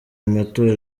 amatora